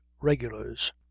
regulars